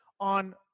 on